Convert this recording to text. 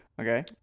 okay